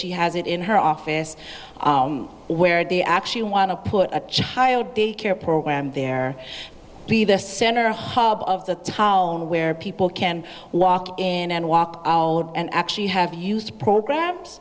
she has it in her office where they actually want to put a child daycare program there be the center hub of the town where people can walk in and walk and actually have used programs